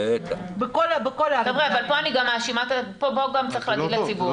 פה גם צריך להגיד לציבור.